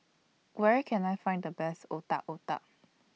Where Can I Find The Best Otak Otak